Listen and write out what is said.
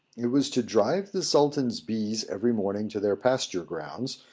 it was to drive the sultan's bees every morning to their pasture-grounds,